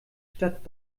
stadt